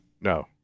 no